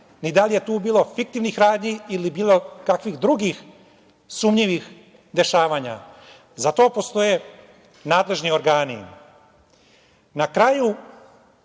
ni da li je tu bilo fiktivnih radnji ili bilo kakvih drugih sumnjivih dešavanja, za to postoje nadležni organi. Na kraju,